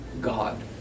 God